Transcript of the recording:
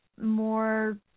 more